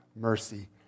mercy